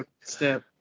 Step